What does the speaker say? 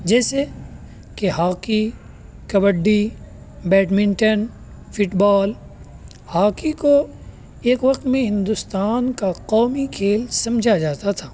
جیسے کہ hockey kabaddi badminton football hockey کو ایک وقت میں ہندوستان کا قومی کھیل سمجھا جاتا تھا